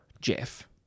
Jeff